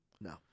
No